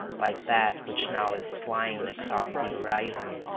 like that which now is flying across the horizon,